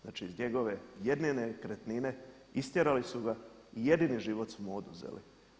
Znači iz njegove jedne nekretnine istjerali su ga i jedini život su mu oduzeli.